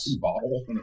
bottle